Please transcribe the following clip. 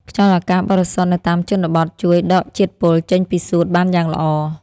ខ្យល់អាកាសបរិសុទ្ធនៅតាមជនបទជួយដកជាតិពុលចេញពីសួតបានយ៉ាងល្អ។